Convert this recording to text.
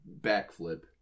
backflip